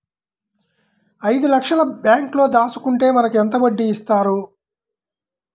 ఐదు లక్షల బ్యాంక్లో దాచుకుంటే మనకు ఎంత వడ్డీ ఇస్తారు?